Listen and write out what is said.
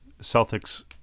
Celtics